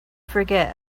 forget